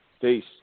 Peace